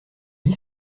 dit